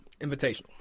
Invitational